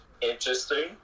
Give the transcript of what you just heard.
interesting